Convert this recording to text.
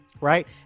Right